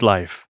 Life